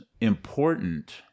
important